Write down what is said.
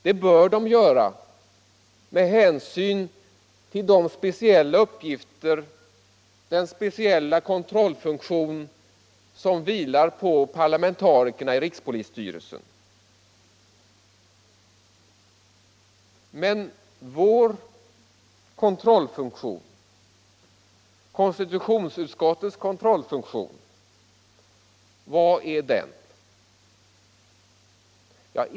De bör göra det med hänsyn till de speciella uppgifter och den särskilda kontrollfunktion som vilar på parlamentarikerna i rikspolisstyrelsen. Men vilken är konstitutionsutskottets kontrollfunktion?